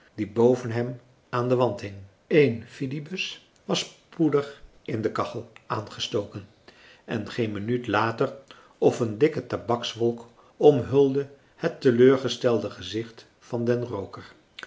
die boven hem aan den wand hing françois haverschmidt familie en kennissen een fidibus was spoedig in de kachel aangestoken en geen minuut later of een dikke tabakswolk omhulde het teleurgestelde gezicht van den rooker